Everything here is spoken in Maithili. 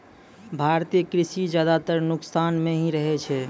भारतीय कृषि ज्यादातर नुकसान मॅ ही रहै छै